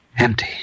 Empty